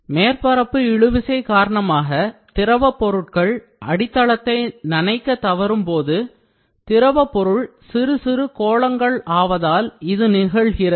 மேற்பரப்பு இழுவிசை காரணமாக திரவப் பொருட்கள் அடித்தளத்தை நனைக்க தவறும் போது திரவப் பொருள் சிறுசிறு கோளங்கள் ஆவதால் இது நிகழ்கிறது